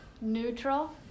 Neutral